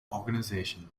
organization